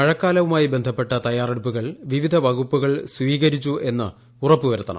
മഴക്കാലവുമായി ബന്ധപ്പെട്ട തയാറെടുപ്പുകൾ വിവിധ വകുപ്പുകൾ സ്വീകരിച്ചു എന്ന് ഉറപ്പ് വരുത്തണം